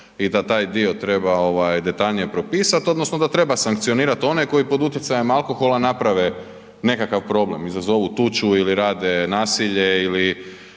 i da taj dio treba detaljnije propisati odnosno da treba sankcionirati one koji pod utjecajem alkohola naprave nekakav problem, izazovu tuču ili rade nasilje ili